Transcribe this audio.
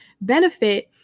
benefit